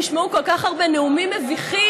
נשמעו כל כך הרבה נאומים מביכים,